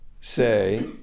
say